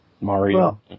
Mario